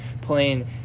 playing